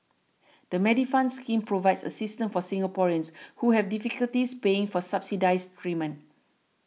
the Medifund scheme provides assistance for Singaporeans who have difficulties paying for subsidized treatment